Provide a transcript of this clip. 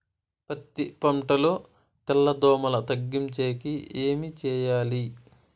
పత్తి పంటలో తెల్ల దోమల తగ్గించేకి ఏమి చేయాలి?